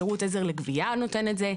שירות עזר לגבייה נותן את זה,